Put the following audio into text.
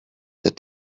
that